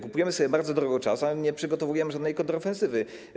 Kupujemy sobie bardzo drogo czas, a nie przygotowujemy żadnej kontrofensywy.